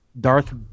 Darth